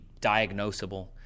diagnosable